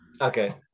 okay